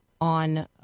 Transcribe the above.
on